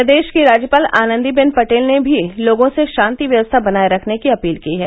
प्रदेश की राज्यपाल आनंदीबेन पटेल ने भी लोगों से शांति व्यवस्था बनाये रखने की अपील की है